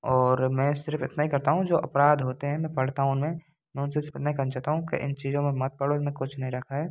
और मैं सिर्फ इतना ही करता हूँ जो अपराध होते हैं मैं पढ़ता हूँ उन्हें मैं उनसे सिर्फ इतना ही कहना चाहता हूँ कि इन चीज़ों में मत पड़ो इनमें कुछ नहीं रखा है